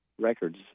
records